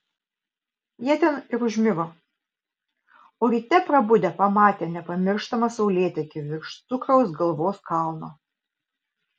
jie ten ir užmigo o ryte prabudę pamatė nepamirštamą saulėtekį virš cukraus galvos kalno